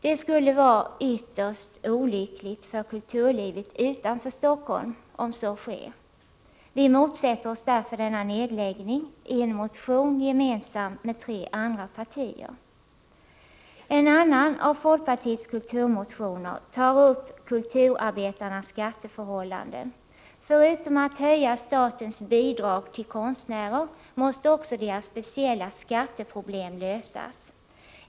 Det skulle vara ytterst olyckligt för kulturlivet utanför Helsingfors om så sker. Vi motsätter oss därför denna nedläggning i en motion gemensam med tre andra partier. En annan av folkpartiets kulturmotioner tar upp frågan om kulturarbetarnas skatteförhållanden. Förutom att höja statens bidrag till konstnärer måste också deras speciella skatteproblem lösas.